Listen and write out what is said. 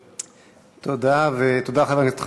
תודה, חבר הכנסת חנין.